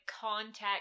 contact